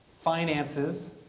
finances